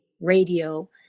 radio